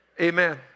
Amen